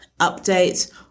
updates